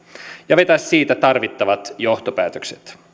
ja vetää sitä tarvittavat johtopäätökset